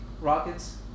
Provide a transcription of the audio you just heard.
Rockets